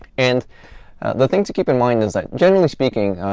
and the thing to keep in mind is that, generally speaking,